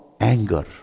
anger